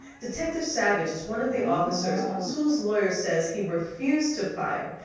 detective savage is one of the officers sewell's lawyer says he refused to fire,